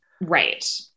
Right